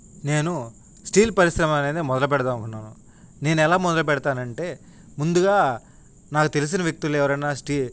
నేను స్టీల్ పరిశ్రమ అనేది మొదలు పెడదామనుకుంటున్నాను నేను ఎలా మొదలు పెడతానంటే ముందుగా నాకు తెలిసిన వ్యక్తులు ఎవరన్నా స్టీ